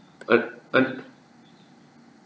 eh eh